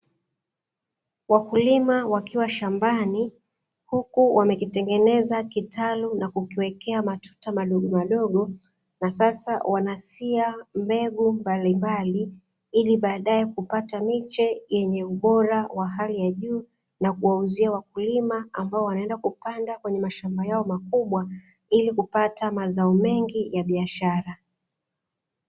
Wakulima wakiwa shambani, huku wamekitengeneza kitalu na kukiwekea matuta madogomadogo, na sasa wanasia mbegu mbalimbali, ili baadae kupata miche yenye ubora wa hali ya juu, na kuwauzia wakulima ambao wanaenda kupanda kwenye mashamba yao makubwa, ili kupata mazao mengi ya biashara.